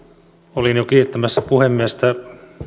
olin jo kiittämässä puhemiestä